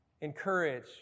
encourage